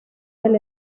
del